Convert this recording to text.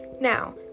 now